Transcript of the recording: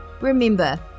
Remember